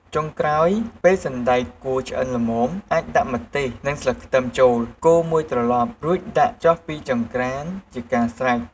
ចុងក្រោយ ពេលសណ្ដែកគួរឆ្អិនល្មម អាចដាក់ម្ទេសនិងស្លឹកខ្ទឹមចូល កូរមួយត្រឡប់ រួចដាក់ចុះពីចង្ក្រានជាការស្រេច។